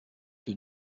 que